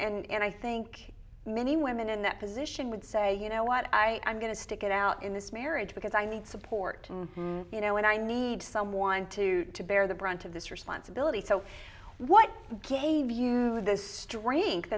well and i think many women in that position would say you know what i am going to stick it out in this marriage because i need support you know and i need someone to to bear the brunt of this responsibility so what gave you the strength